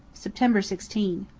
september sixteen.